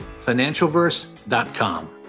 financialverse.com